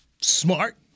Smart